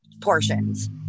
portions